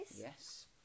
yes